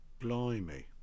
Blimey